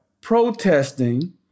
protesting